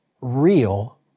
real